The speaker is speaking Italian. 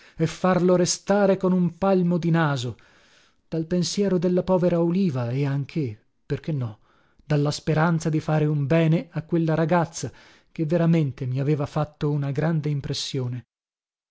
e farlo restare con un palmo di naso dal pensiero della povera oliva e anche perché no dalla speranza di fare un bene a quella ragazza che veramente mi aveva fatto una grande impressione